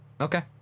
Okay